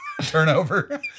Turnover